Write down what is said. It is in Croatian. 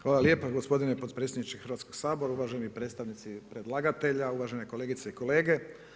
Hvala lijepa gospodine potpredsjedniče Hrvatskog sabora, uvaženi predstavnici predlagatelja, uvažene kolegice i kolege.